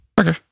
Okay